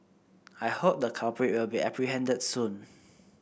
I hope the culprit will be apprehended soon